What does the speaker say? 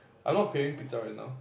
I'm not craving pizza right now